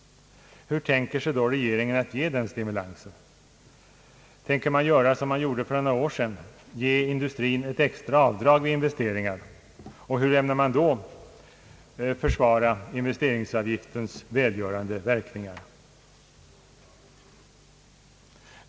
Hur tänker sig regeringen att ge den stimulansen? Tänker man göra som för några år sedan: ge industrin ett extra avdrag vid investeringar? Och hur ämnar man i så fall förklara investeringsavgiftens välgörande verkningar?